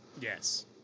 Yes